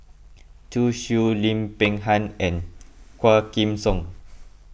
Zhu Xu Lim Peng Han and Quah Kim Song